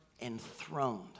enthroned